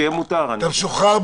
כשיהיה מותר אני אתן לו.